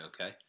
Okay